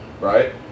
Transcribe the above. Right